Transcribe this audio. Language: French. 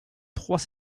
trois